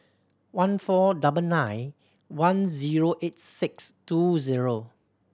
one four double nine one zero eight six two zero